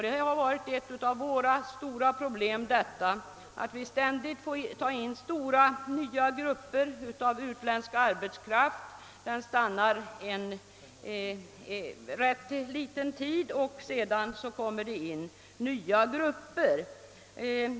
Det har varit ett av våra stora problem, att vi ständigt får ta in stora grupper av utländsk arbetskraft, vilken stannar en ganska kort tid, och sedan kommer det in nya grupper.